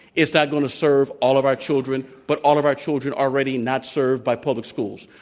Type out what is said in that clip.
it's not going to serve all of our children, but all of our children are already not served by public schools.